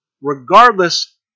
regardless